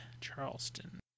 Charleston